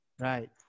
Right